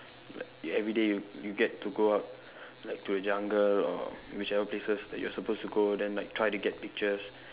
like you everyday you you get to go out like to the jungle or whichever places that you are supposed to go then like try to get pictures